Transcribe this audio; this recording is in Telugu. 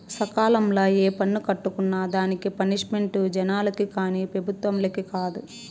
సకాలంల ఏ పన్ను కట్టుకున్నా దానికి పనిష్మెంటు జనాలకి కానీ పెబుత్వలకి కాదు కదా